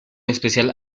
especial